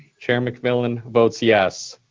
chair mcmillan votes yes.